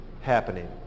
happening